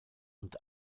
und